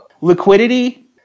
liquidity